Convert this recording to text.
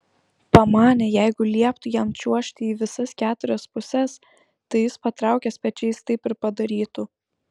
pamanė jeigu lieptų jam čiuožti į visas keturias puses tai jis patraukęs pečiais taip ir padarytų